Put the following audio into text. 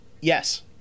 Yes